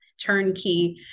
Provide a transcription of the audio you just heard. turnkey